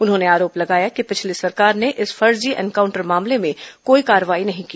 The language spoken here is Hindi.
उन्होंने आरोप लगाया कि पिछली सरकार ने इस फर्जी इंकाउंटर मामले में कोई कार्रवाई नहीं की